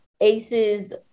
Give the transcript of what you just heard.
Ace's